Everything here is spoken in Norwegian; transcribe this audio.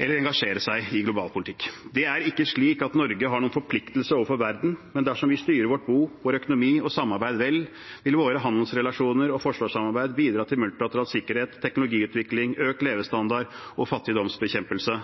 eller engasjere seg i global politikk. Det er ikke slik at Norge har noen forpliktelse overfor verden, men dersom vi styrer vårt bo, vår økonomi og samarbeid vel, vil våre handelsrelasjoner i forsvarssamarbeid bidra til multilateral sikkerhet, teknologiutvikling, økt levestandard og fattigdomsbekjempelse.